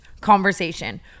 conversation